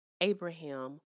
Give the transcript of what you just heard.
Abraham